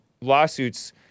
lawsuits—